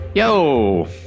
Yo